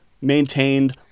maintained